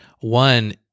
One